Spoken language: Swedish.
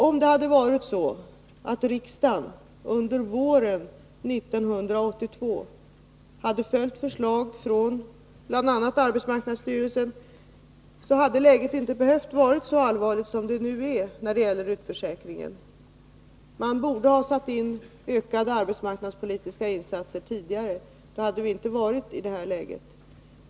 Om det hade varit så att riksdagen under våren 1982 hade följt förslag från bl.a. arbetsmarknadsstyrelsen, hade läget inte behövt vara så allvarligt som det nu är när det gäller utförsäkringen. Man borde ha satt in ökade arbetsmarknadspolitiska insatser tidigare — då hade vi inte varit i detta läge.